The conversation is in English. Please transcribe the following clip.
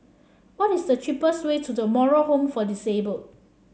what is the cheapest way to The Moral Home for Disabled